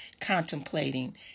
contemplating